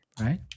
Right